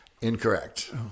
Incorrect